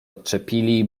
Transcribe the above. odczepili